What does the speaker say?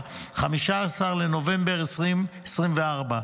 בשל מצב החירום השורר